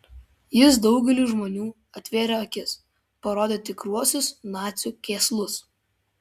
jis daugeliui žmonių atvėrė akis parodė tikruosius nacių kėslus